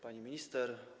Pani Minister!